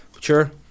Sure